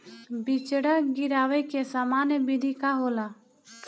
बिचड़ा गिरावे के सामान्य विधि का होला?